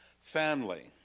family